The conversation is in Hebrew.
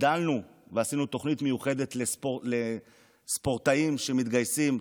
הגדלנו ועשינו תוכנית מיוחדת לספורטאים שמתגייסים,